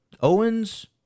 Owens